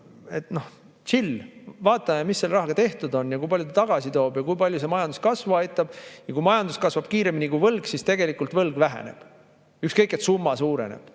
ajal. Tšill! Vaatame, mis selle rahaga tehtud on ja kui palju ta tagasi toob ja kui palju see majanduskasvu aitab. Kui majandus kasvab kiiremini kui võlg, siis tegelikult võlg väheneb. Ükskõik, et summa suureneb,